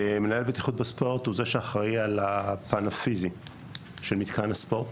מנהל בטיחות בספורט הוא זה שאחראי על הפן הפיזי של מתקן הספורט,